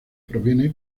proviene